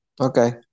Okay